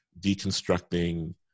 deconstructing